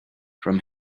from